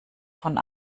von